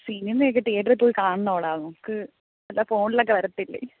സിനിമയെക്കെ തീയറ്ററിൽപ്പോയി കാണണോടാ നമുക്ക് വല്ല ഫോണിലൊക്കെ വരത്തില്ലേ